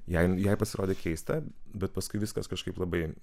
jai jai pasirodė keista bet paskui viskas kažkaip labai